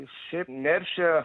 šiaip neršia